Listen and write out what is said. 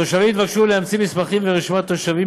התושבים התבקשו להמציא מסמכים ורשימת תושבים